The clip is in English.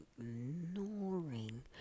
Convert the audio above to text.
ignoring